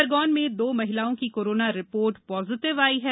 खरगोन में दो महिलाओं की कोरोना रिपोर्ट पॉजिटिव आई है